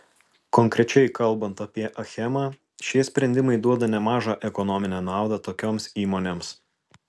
konkrečiai kalbant apie achemą šie sprendimai duoda nemažą ekonominę naudą tokioms įmonėms